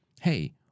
Hey